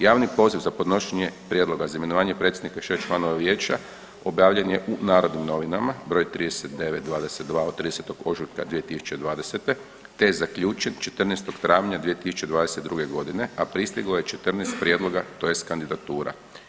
Javni poziv za podnošenje prijedloga za imenovanje predsjednika i šest članova vijeća objavljen je u Narodnim novinama broj 39/22 od 30. ožujka 2020., te je zaključen 14. travnja 2022. godine a pristiglo je 14 prijedloga, tj. kandidatura.